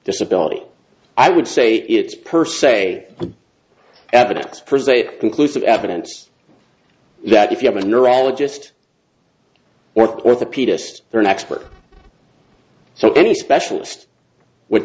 disability i would say it's per se evidence per se conclusive evidence that if you have a neurologist or orthopedist or an expert so any specialist would